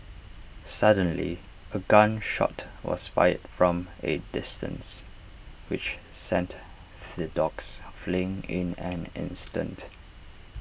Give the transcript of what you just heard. suddenly A gun shot was fired from A distance which sent the dogs fleeing in an instant